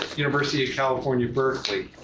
university of california berkeley.